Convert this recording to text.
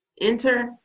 enter